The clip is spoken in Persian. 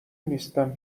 نیستم